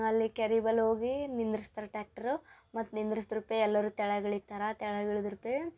ಅಲ್ಲಿ ಕೆರೆ ಬಳ್ ಹೋಗಿ ನಿಂದಿರ್ಸ್ತರೆ ಟ್ಯಾಕ್ಟ್ರು ಮತ್ತು ನಿಂದ್ರಿಸ್ದ್ರಪೇ ಎಲ್ಲತೂ ತೆಳ್ಯಾಗ ಇಳಿತಾರ ತೆಳಗೆ ಇಳ್ದ್ರ ಪೇ